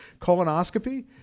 colonoscopy